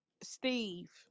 Steve